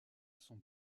sont